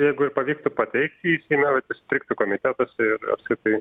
jeigu pavyktų patekti jis kogeros pastriktų komitetuose ir apskritai